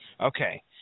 Okay